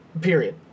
Period